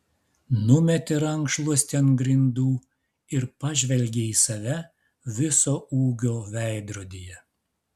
numetė rankšluostį ant grindų ir pažvelgė į save viso ūgio veidrodyje